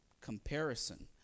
comparison